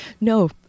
No